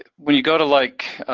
when you go to like,